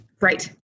Right